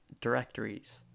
directories